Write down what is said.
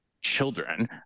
children